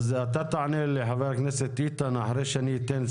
אתה תענה לחבר הכנסת איתן אחרי שאני אתן את